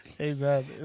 Amen